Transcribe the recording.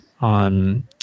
on